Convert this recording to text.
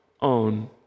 own